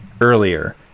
earlier